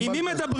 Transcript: עם מי מדברים?